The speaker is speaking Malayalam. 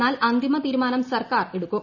എന്നാൽ അന്തിമ തീരുമാനം സർക്കാർ എടുക്കും